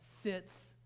sits